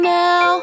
now